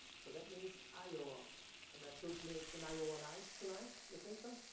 so that means iowa and i should make an iowa nice tonight, you think so?